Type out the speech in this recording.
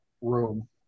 room